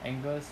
angus